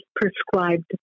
prescribed